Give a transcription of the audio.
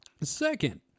Second